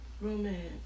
Romance